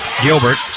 Gilbert